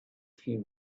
few